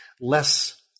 less